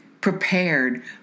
prepared